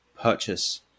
purchase